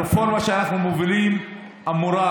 הרפורמה שאנחנו מובילים אמורה,